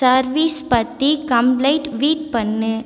service பற்றி complaint tweet பண்ணு